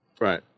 Right